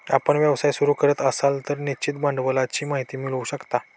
आपण व्यवसाय सुरू करत असाल तर निश्चित भांडवलाची माहिती मिळवू शकता